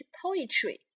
poetry